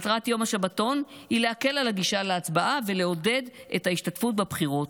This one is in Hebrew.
מטרת יום השבתון היא להקל על הגישה להצבעה ולעודד את ההשתתפות בבחירות,